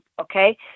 okay